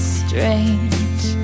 strange